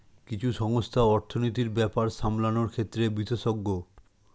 কিছু সংস্থা অর্থনীতির ব্যাপার সামলানোর ক্ষেত্রে বিশেষজ্ঞ